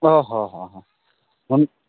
ᱚ ᱦᱚᱸ ᱦᱚᱸ ᱚᱱ